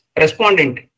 respondent